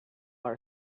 are